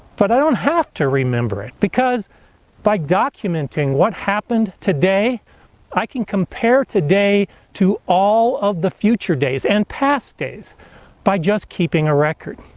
but i don't have to remember it because by documenting what happened today i can compare today to all of the future days and past days by just keeping a record.